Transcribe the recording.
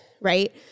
right